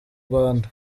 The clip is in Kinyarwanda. rwanda